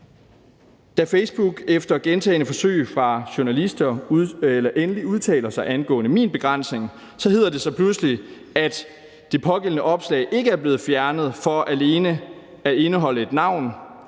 Da Facebook efter gentagne forsøg fra journalister endelig udtaler sig angående min begrænsning, hedder det sig pludselig, at det pågældende opslag ikke er blevet fjernet for alene at indeholde et navn,